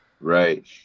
right